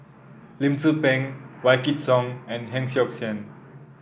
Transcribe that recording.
Lim Tze Peng Wykidd Song and Heng Siok Tian